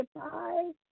goodbye